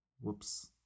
whoops